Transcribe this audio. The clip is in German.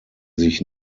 sich